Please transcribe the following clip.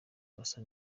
basa